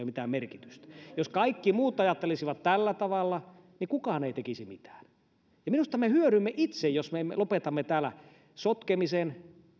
mitään merkitystä jos kaikki muut ajattelisivat tällä tavalla kukaan ei tekisi mitään minusta me hyödymme itse jos me lopetamme täällä sotkemisen